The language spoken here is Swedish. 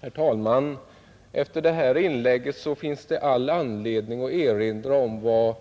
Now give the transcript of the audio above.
Herr talman! Efter det senaste inlägget finns det all anledning att erinra om vad